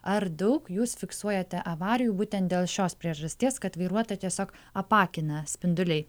ar daug jūs fiksuojate avarijų būtent dėl šios priežasties kad vairuotoją tiesiog apakina spinduliai